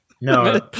No